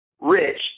rich